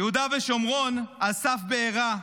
יהודה ושומרון על סף בעירה.